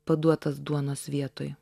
paduotas duonos vietoj